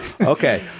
Okay